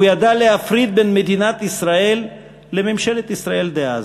הוא ידע להפריד בין מדינת ישראל לממשלת ישראל דאז,